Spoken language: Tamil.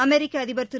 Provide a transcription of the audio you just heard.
அமெரிக்க அதிபர் திரு